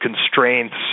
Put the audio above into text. constraints